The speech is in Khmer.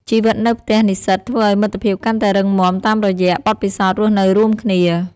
ជីវិតនៅផ្ទះនិស្សិតធ្វើឲ្យមិត្តភាពកាន់តែរឹងមាំតាមរយៈបទពិសោធន៍រស់នៅរួមគ្នា។